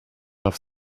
have